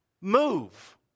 move